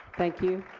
thank you.